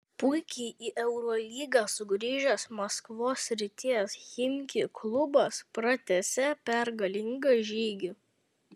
puikiai į eurolygą sugrįžęs maskvos srities chimki klubas pratęsė pergalingą žygį